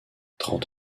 trente